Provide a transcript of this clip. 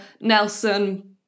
Nelson